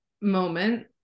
moment